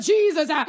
Jesus